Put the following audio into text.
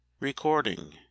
Recording